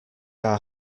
are